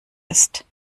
ist